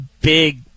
big